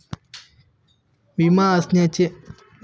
विमा असण्याचे फायदे जाणून घ्यायचे आहे